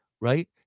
right